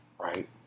right